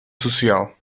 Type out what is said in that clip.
social